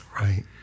Right